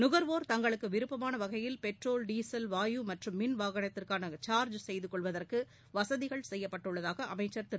நுகர்வோர் தங்களுக்கு விருப்பமான வகையில் பெட்ரோல் டீசல் வாயு மற்றும் மின் வாகனத்திற்கான சார்ஜ் செய்து கொள்வதற்கு வசதிகள் செய்யப்பட்டுள்ளதாக அமைச்சர் திரு